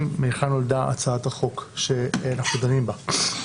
מהיכן נולדה הצעת החוק שאנחנו דנים בה.